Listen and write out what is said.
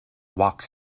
walks